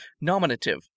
Nominative